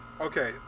Okay